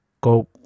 go